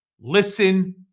listen